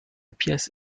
pièce